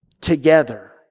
together